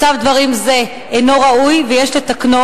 מצב דברים זה אינו ראוי ויש לתקנו.